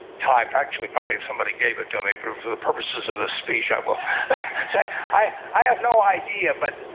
type actually probably if somebody gave it to me proof for the purposes of the speech i will say i i have no idea but,